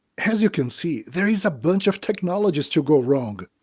as you can see, there is a bunch of technologies to go wrong!